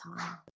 time